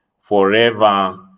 forever